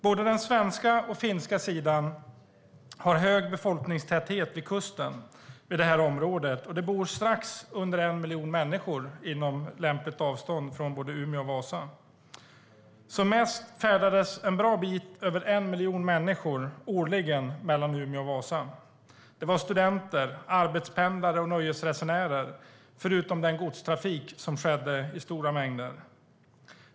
Både den svenska och den finska sidan har hög befolkningstäthet vid kusten i det här området. Det bor strax under 1 miljon människor inom lämpligt avstånd från både Umeå och Vasa. Som mest färdades en bra bit över 1 miljon människor årligen mellan Umeå och Vasa. Det var studenter, arbetspendlare och nöjesresenärer, förutom den godstrafik som skedde i stora mängder.